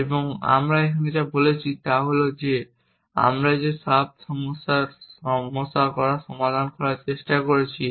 এবং আমরা এখানে যা বলছি তা হল যে আমরা যে সাব সমস্যার সমাধান করার চেষ্টা করছি